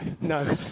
No